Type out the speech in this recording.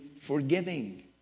forgiving